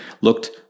looked